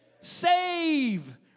Save